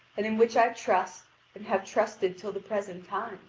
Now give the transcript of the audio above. and in which i trust and have trusted till the present time,